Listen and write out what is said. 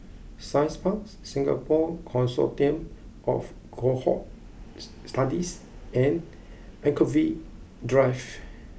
Science Park Singapore Consortium of Cohort Studies and Anchorvale Drive